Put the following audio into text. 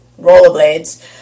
rollerblades